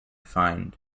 fined